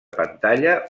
pantalla